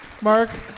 Mark